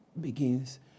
begins